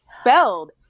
spelled